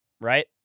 right